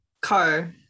Car